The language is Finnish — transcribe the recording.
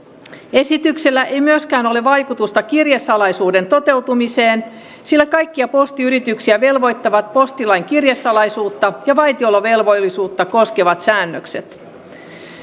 esityksellä ei myöskään ole vaikutusta kirjesalaisuuden toteutumiseen sillä kaikkia postiyrityksiä velvoittavat postilain kirjesalaisuutta ja vaitiolovelvollisuutta koskevat säännökset